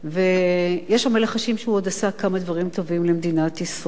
ויש המלחשים שהוא עוד עשה כמה דברים טובים למדינת ישראל.